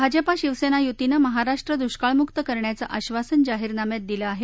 भाजपा शिवसेना युतीनं महाराष्ट्र दुष्काळमुक्त करण्याचं आश्वासन जाहीरनाम्यात दिल आहे